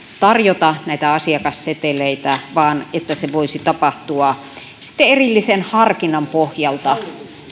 tarjota näitä asiakasseteleitä vaan että se voisi tapahtua sitten erillisen harkinnan pohjalta